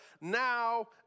now